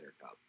Cup